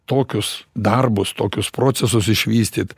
tokius darbus tokius procesus išvystyt